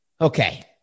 Okay